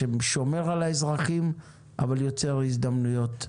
ששומר על האזרחים אבל יוצר הזדמנויות.